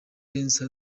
prince